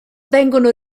vengono